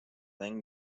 then